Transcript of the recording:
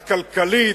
הכלכלית,